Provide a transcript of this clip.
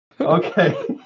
Okay